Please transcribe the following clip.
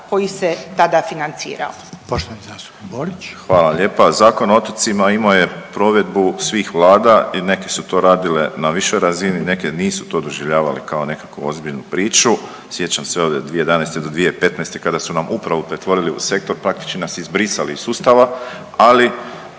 koji se financiraju